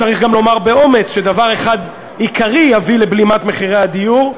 צריך גם לומר באומץ שדבר אחד עיקרי יביא לבלימת מחירי הדיור,